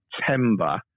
September